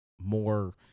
more